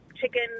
chicken